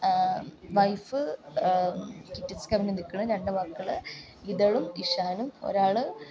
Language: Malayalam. വൈഫ് കിറ്റക്സ് കമ്പനിയിൽ നിൽക്കുന്നു രണ്ട് മക്കൾ ഇതളും ഇഷാനും ഒരാൾ